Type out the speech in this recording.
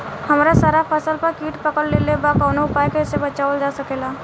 हमर सारा फसल पर कीट पकड़ लेले बा कवनो उपाय से बचावल जा सकेला?